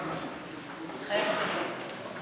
מתחייבת אני